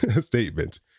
statement